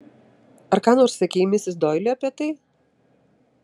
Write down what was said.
ar ką nors sakei misis doili apie tai